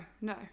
no